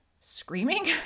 screaming